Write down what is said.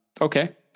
okay